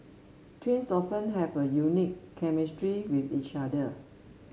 twins often have a unique chemistry with each other